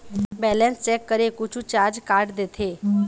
Balance check करें कुछू charge काट देथे?